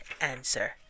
answer